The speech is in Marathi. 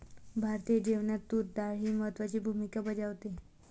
भारतीय जेवणात तूर डाळ ही महत्त्वाची भूमिका बजावते